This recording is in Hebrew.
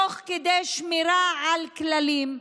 תוך כדי שמירה על כללים,